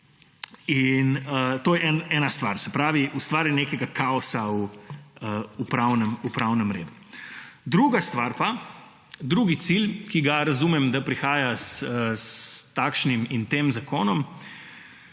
To je ena stvar, se pravi ustvarjanje nekega kaosa v pravnem redu. Druga stvar, drugi cilj, ki ga razumem, da prihaja s takšnim in s tem zakonom,